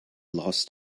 last